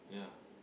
yeah